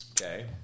okay